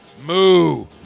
moo